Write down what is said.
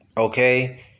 Okay